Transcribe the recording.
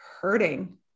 hurting